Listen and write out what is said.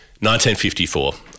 1954